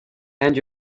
and